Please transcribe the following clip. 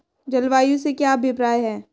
जलवायु से क्या अभिप्राय है?